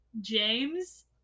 James